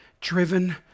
driven